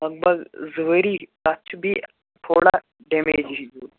لگ بگ زٕ ؤری تَتھ چھُ بیٚیہِ تھوڑا ڈیمیجی ہیٛوٗ